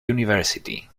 university